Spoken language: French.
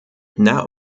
n’a